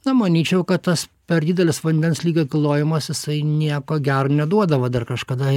na manyčiau kad tas per didelis vandens lygio kilnojimas jisai nieko gero neduoda va dar kažkada